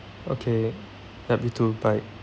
okay yup you too bye